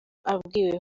abwiwe